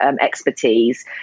expertise